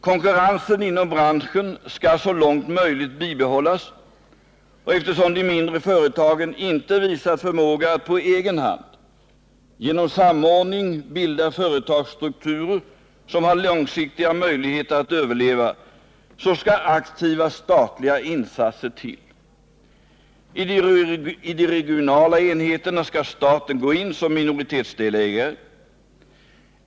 Konkurrensen inom branschen skall så långt möjligt bibehållas, och eftersom de mindre företagen inte visat förmåga att på egen hand genom samordning bilda företagsstrukturer som har långsiktiga möjligheter att överleva, så skall aktiva statliga insatser till. I de regionala enheterna skall staten gå in som minoritetsdelägare.